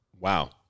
Wow